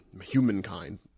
humankind